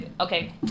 okay